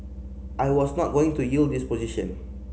I was not going to yield this position